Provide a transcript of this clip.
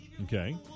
Okay